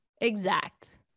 exact